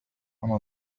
أنا